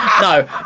No